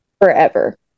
forever